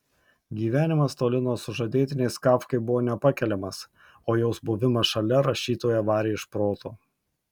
gyvenimas toli nuo sužadėtinės kafkai buvo nepakeliamas o jos buvimas šalia rašytoją varė iš proto